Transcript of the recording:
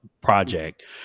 project